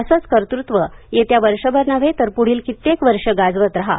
असंच कर्तेत्व येणाऱ्या वर्षभर नव्हे तर पुढील कित्येक वर्षे गाजवत रहा